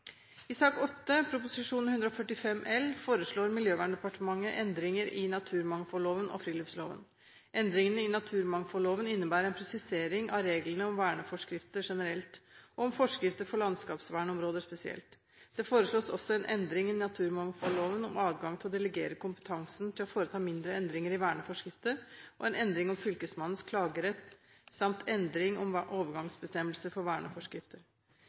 I sak nr. 6, Prop. 145 L for 2012–2013, foreslår Miljøverndepartementet endringer i naturmangfoldloven og friluftsloven. Endringene i naturmangfoldloven innebærer en presisering av reglene om verneforskrifter generelt og om forskrifter for landskapsvernområder spesielt. Det foreslås også en endring i naturmangfoldloven om adgang til å delegere kompetansen til å foreta mindre endringer i verneforskrifter og en endring om fylkesmannens klagerett samt endring om overgangsbestemmelser for verneforskrifter.